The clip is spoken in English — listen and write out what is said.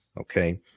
okay